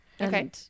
Okay